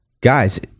Guys